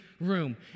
room